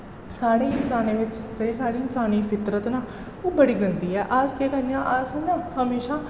साढ़े इंसानें बिच्च जेह्ड़ी साढ़ी इंसानी फितरत न ओह् बड़ी गंदी ऐ अस केह् करने आं अस ना हमेशां